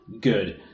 good